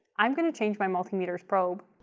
i'm going to change my multimeter's probe